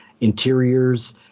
interiors